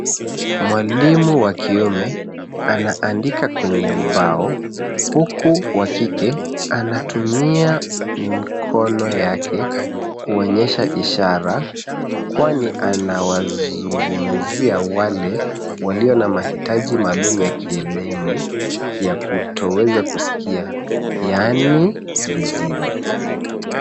Mwalimu wa kiume anaandikwa kwenye ubao huku wa kike anatumia mikono yake kuonyesha ishara kwani anawazungumzia wale walio na mahitaji maalum ya kielimu ya kutoweza kusikia yani viziwi.